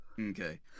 Okay